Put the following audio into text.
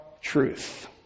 truth